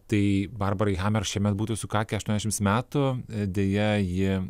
tai barbarai hamer šiemet būtų sukakę aštuoniasdešimts metų deja ji